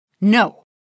No